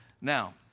Now